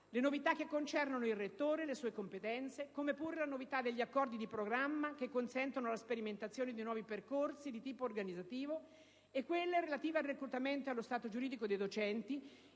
le novità che concernono il rettore e le sue competenze, come pure la novità degli accordi di programma, che consentono la sperimentazione di nuovi percorsi di tipo organizzativo, nonché quelle circa il reclutamento e lo stato giuridico dei docenti,